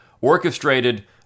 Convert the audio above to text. orchestrated